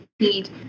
need